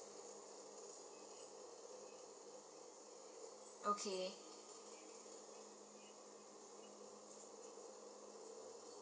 okay